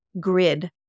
grid